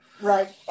right